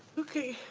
okay.